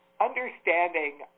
understanding